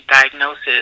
diagnosis